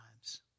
lives